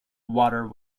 water